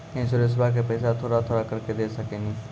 इंश्योरेंसबा के पैसा थोड़ा थोड़ा करके दे सकेनी?